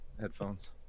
headphones